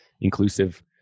inclusive